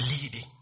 leading